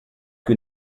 que